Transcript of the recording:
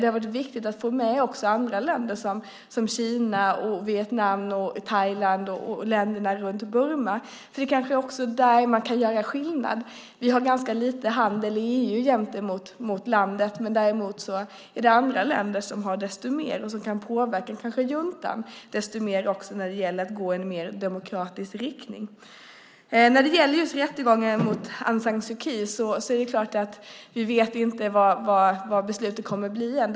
Det har varit viktigt att få med länder som Kina, Vietnam och Thailand - länderna runt Burma. Det kanske är just där man kan göra skillnad. EU har ganska lite handel med Burma. Däremot finns det andra länder som har desto mer handel och som kanske kan påverka juntan att gå i en mer demokratisk riktning. När det gäller rättegången mot Aung San Suu Kyi vet vi förstås inte vad domen kommer att bli.